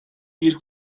bir